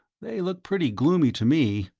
they look pretty gloomy to me.